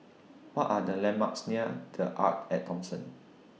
What Are The landmarks near The Arte At Thomson